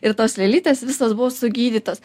ir tos lėlytės visos buvo sugydytos